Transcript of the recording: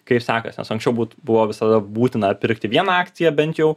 kaip sekasi nes anksčiau buvo visada būtina pirkti vieną akciją bent jau